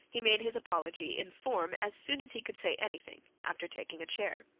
he made his apology in form as soon as he could say any thing, after taking a chair.